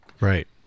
Right